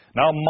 now